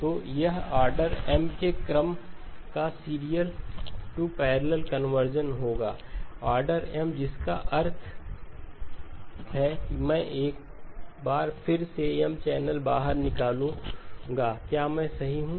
तो यह order M के क्रम का सीरियल टू पैरलल कन्वर्जन होगा ऑर्डर Mजिसका अर्थ है कि मैं एक बार फिर से M चैनल बाहर निकलूंगा क्या मैं सही हूं